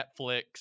netflix